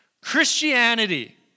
Christianity